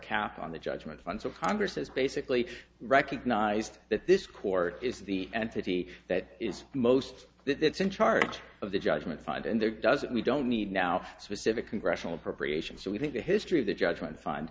cap on the judgment fund so congress has basically recognized that this court is the entity that is most that it's in charge of the judgment fund and there doesn't we don't need now specific congressional appropriations so we think the history of the judgment fund